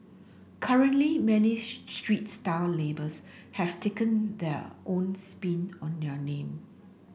currently many street style labels have taken their own spin on their name